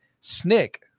Snick